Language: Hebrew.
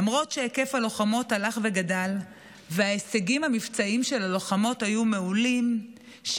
למרות שהיקף הלוחמות הלך וגדל וההישגים המבצעים של הלוחמות היו מעולים,